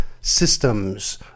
systems